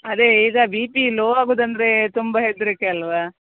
ಅದೇ ಇದು B P low ಆಗುದು ಅಂದರೆ ತುಂಬಾ ಹೆದರಿಕೆ ಅಲ್ಲವಾ